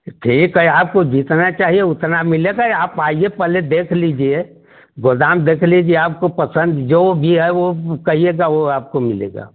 ठीक है आपको जितना चाहिए उतना मिलेगा ये आप आइए पहले देख लीजिए गोदाम देख लीजिए आपको पसंद जो भी है वो कहिएगा वो आपको मिलेगा